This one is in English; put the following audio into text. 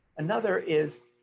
another is